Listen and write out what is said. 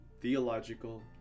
theological